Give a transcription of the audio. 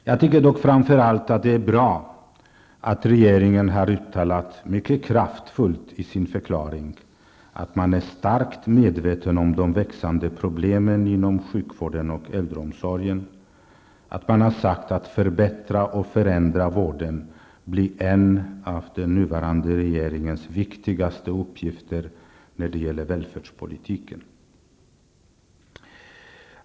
Jag tycker framför allt att det är bra att regeringen har uttalat mycket kraftfullt i sin regeringsförklaring att man är starkt medveten om de växande problemen inom sjukvården och äldreomsorgen. Att förbättra och förändra vården blir en av den nuvarande regeringens viktigaste uppgifter när det gäller välfärdspolitiken.